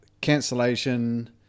cancellation